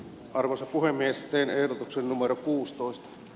arvoisa puhemies ehdotuksen numero kuusitoista